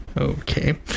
Okay